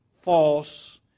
false